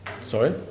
Sorry